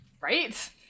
Right